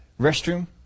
restroom